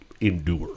endure